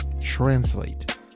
translate